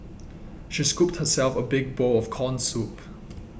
she scooped herself a big bowl of Corn Soup